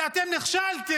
כי אתם נכשלתם